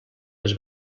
les